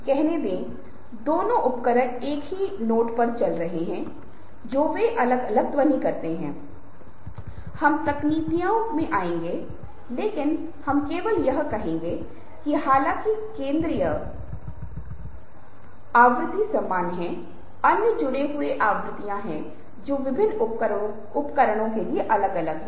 इसलिए जब आप औपचारिक संदर्भों के बारे में बात कर रहे हैं और इस प्रकार के संदर्भ में बोल रहे हैं तो ये एक प्रकार की भूमिका निभा रहे हैं ये वास्तविक वार्तालाप हैं ये कम या ज्यादा स्थितियाँ हैं जहाँ आपसे खुद को साबित करने के लिए कहा जा रहा है